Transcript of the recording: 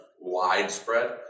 widespread